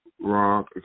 rock